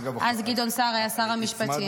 אז גדעון סער היה שר המשפטים.